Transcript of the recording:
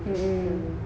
(uh huh)